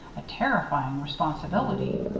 a terrifying responsibility.